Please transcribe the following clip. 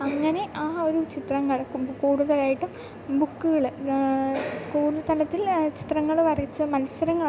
അങ്ങനെ ആ ഒരു ചിത്രങ്ങൾ കൂട് കൂടുതലായിട്ടും ബുക്കുകൾ സ്കൂൾ തലത്തിൽ ചിത്രങ്ങൾ വരച്ച് മത്സരങ്ങളൊക്കെ